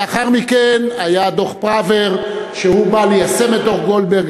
לאחר מכן היה דוח פראוור שבא ליישם את דוח גולדברג.